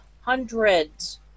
hundreds